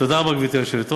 תודה רבה, גברתי היושבת-ראש.